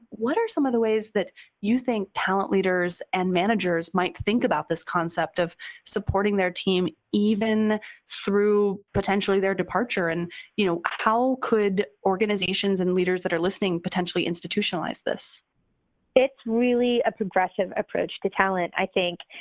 what are some of the ways that you think talent leaders and managers might think about this concept of supporting their team even through potentially their departure, and you know how could organizations and leaders that are listening potentially institutionalize this? jessi it's really a progressive approach to talent, i think.